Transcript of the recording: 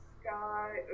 sky